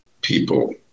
people